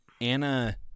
Anna